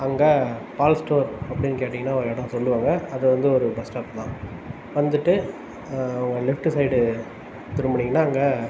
அங்கே பால் ஸ்டோர் அப்படின் கேட்டீங்னால் ஒரு இடம் சொல்லுவாங்க அது வந்து ஒரு பஸ் ஸ்டாப் தான் வந்துட்டு லெஃப்ட் சைடு திரும்புனீங்கனால் அங்கே